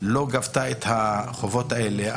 לא גבתה את החובות האלה,